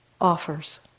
offers